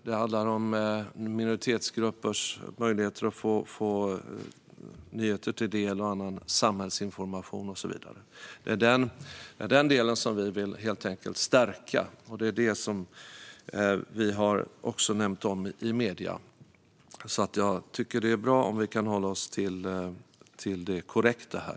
Det handlar om minoritetsgruppers möjligheter att ta del av nyheter, annan samhällsinformation och så vidare. Det är den delen vi vill stärka. Det är också det vi har nämnt i medierna. Det är bra om vi kan hålla oss till det som är korrekt här.